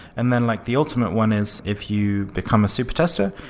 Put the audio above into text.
and then like the ultimate one is if you become a super tester,